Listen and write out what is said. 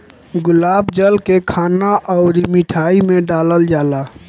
गुलाब जल के खाना अउरी मिठाई में डालल जाला